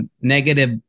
negative